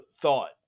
thought